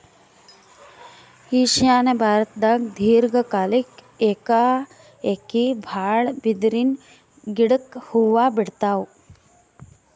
ಈಶಾನ್ಯ ಭಾರತ್ದಾಗ್ ದೀರ್ಘ ಕಾಲ್ಕ್ ಏಕಾಏಕಿ ಭಾಳ್ ಬಿದಿರಿನ್ ಗಿಡಕ್ ಹೂವಾ ಬಿಡ್ತಾವ್